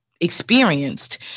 experienced